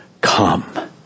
come